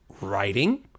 writing